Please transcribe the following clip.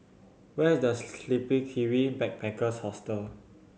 where is The Sleepy Kiwi Backpackers Hostel